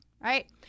right